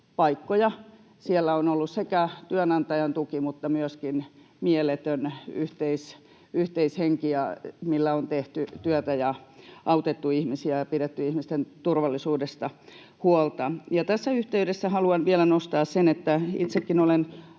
paikkoja. Siellä on ollut työnantajan tuki mutta myöskin mieletön yhteishenki, millä on tehty työtä ja autettu ihmisiä ja pidetty ihmisten turvallisuudesta huolta. Tässä yhteydessä haluan vielä nostaa sen, että itsekin olen